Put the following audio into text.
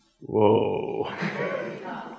Whoa